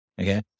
okay